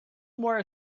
more